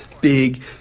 big